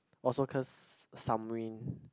also cause some wind